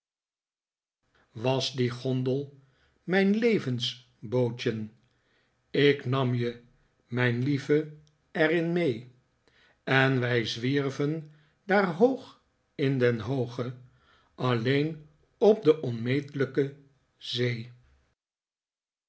was die gondel mijn levensbootjen ik nam je mijn lieve er in mee en wij zwierven daar hoog in den hooge alleen op de onmeetlijke zee